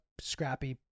scrappy